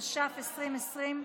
התש"ף 2020,